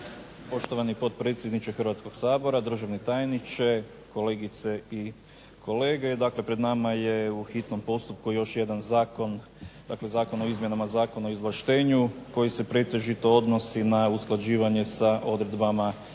Poštovani potpredsjedniče Hrvatskog sabora, državni tajniče, kolegice i kolege. Dakle, pred nama je u hitnom postupku još jedan zakon, dakle Zakon o izmjenama Zakona o izvlaštenju koji se pretežito odnosi na usklađivanje s odredbama Zakona o